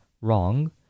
wrong